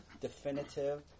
definitive